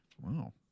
Wow